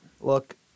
Look